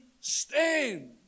stand